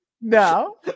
No